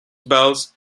bells